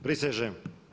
Prisežem.